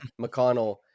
McConnell